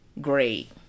great